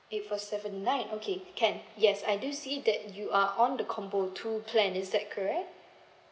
eight four seven nine okay can yes I do see that you are on the combo two plan is that correct